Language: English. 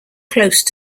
close